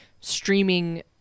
streaming